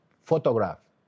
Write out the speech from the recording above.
photograph